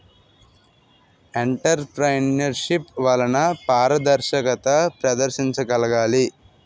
entrepreneurship వలన పారదర్శకత ప్రదర్శించగలగాలి